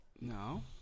No